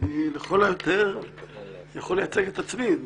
לכל היותר אני יכול לייצג את עצמי.